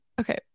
okay